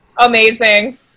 amazing